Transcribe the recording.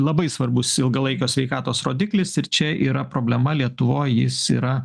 labai svarbus ilgalaikio sveikatos rodiklis ir čia yra problema lietuvoj jis yra